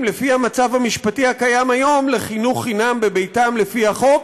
לפי המצב המשפטי הקיים היום לחינוך חינם בביתם לפי החוק,